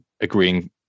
agreeing